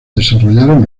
desarrollaron